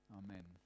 amen